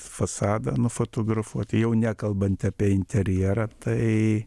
fasadą nufotografuoti jau nekalbant apie interjerą tai